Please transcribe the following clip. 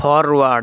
forward